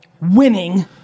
winning